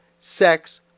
sex